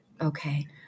okay